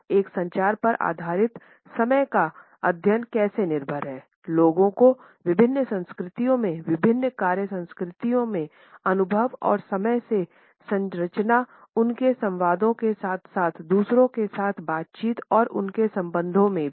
एक संचार पर आधारित समय का अध्ययन कैसे निर्भर है लोगों को विभिन्न संस्कृतियों में विभिन्न कार्य संस्कृतियों में अनुभव और समय में संरचना उनके संवादों के साथ साथ दूसरों के साथ बातचीत और उनके संबंधों में भी